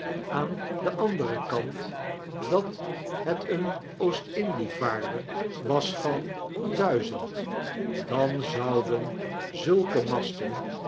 aan den anderen kant dat het een oostindievaarder was van duizend dan zouden zulke masten